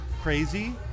crazy